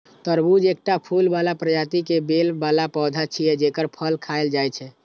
तरबूज एकटा फूल बला प्रजाति के बेल बला पौधा छियै, जेकर फल खायल जाइ छै